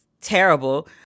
terrible